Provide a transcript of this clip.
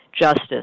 justice